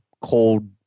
cold